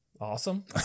Awesome